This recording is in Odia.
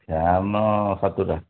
ଫ୍ୟାନ୍ ସାତଟା